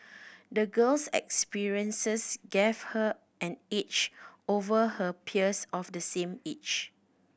the girl's experiences gave her an edge over her peers of the same age